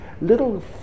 little